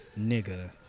nigger